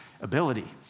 ability